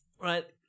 Right